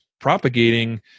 propagating